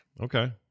Okay